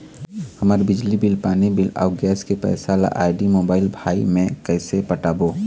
हमर बिजली बिल, पानी बिल, अऊ गैस के पैसा ला आईडी, मोबाइल, भाई मे कइसे पटाबो?